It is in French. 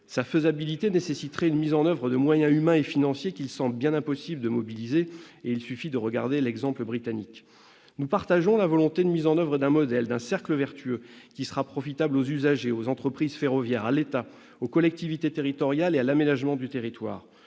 sa faisabilité nécessiterait une mise en oeuvre de moyens humains et financiers qu'il semble bien impossible de mobiliser. Il suffit, pour s'en convaincre, de regarder l'exemple britannique. Nous partageons la volonté de mise en oeuvre d'un modèle, d'un cercle vertueux, qui sera profitable aux usagers, aux entreprises ferroviaires, à l'État, aux collectivités territoriales et à l'aménagement du territoire.